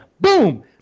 boom